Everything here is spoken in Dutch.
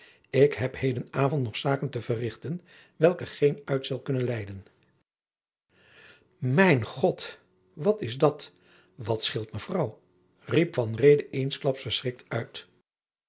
ik heb heden avond nog zaken te verrichten welke geen uitstel kunnen lijden jacob van lennep de pleegzoon mijn god wat is dat wat scheelt mevrouw riep van reede eensklaps verschrikt uit